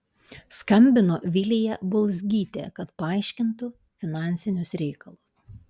skambino vilija bulzgytė kad paaiškintų finansinius reikalus